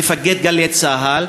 מפקד "גלי צה"ל",